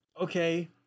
okay